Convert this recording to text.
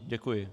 Děkuji.